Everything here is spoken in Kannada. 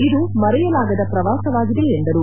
ಇದು ಮರೆಯಲಾಗದ ಪ್ರವಾಸವಾಗಿದೆ ಎಂದರು